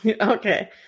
Okay